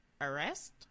Arrest